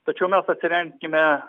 tačiau mes atsiremkime